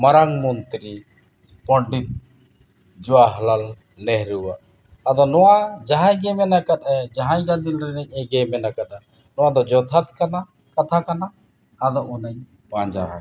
ᱢᱟᱨᱟᱝ ᱢᱚᱱᱛᱨᱤ ᱯᱚᱱᱰᱤᱛ ᱡᱚᱦᱚᱨᱞᱟᱞ ᱱᱮᱦᱨᱩᱣᱟᱜ ᱟᱫᱚ ᱱᱚᱣᱟ ᱡᱟᱦᱟᱸᱭ ᱜᱮ ᱢᱮᱱ ᱠᱟᱜᱼᱮ ᱡᱟᱦᱟᱸᱭ ᱜᱟᱫᱮᱞ ᱨᱤᱱᱤᱡᱼᱮ ᱢᱮᱱ ᱠᱟᱫᱟ ᱱᱚᱣᱟᱫᱚ ᱡᱚᱛᱷᱟᱛ ᱠᱟᱛᱷᱟ ᱠᱟᱱᱟ ᱟᱫᱚ ᱚᱱᱟᱧ ᱯᱟᱸᱡᱟᱣᱟᱠᱟᱜᱼᱟ